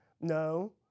no